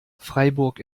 freiburg